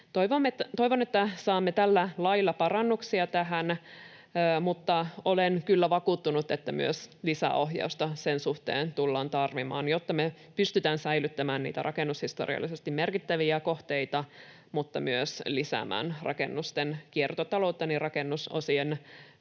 Toivon, että saamme tällä lailla parannuksia tähän. Mutta olen kyllä vakuuttunut, että myös lisäohjausta sen suhteen tullaan tarvitsemaan, jotta me pystytään säilyttämään niitä rakennushistoriallisesti merkittäviä kohteita mutta myös lisäämään rakennusten kiertotaloutta, niin rakennusosien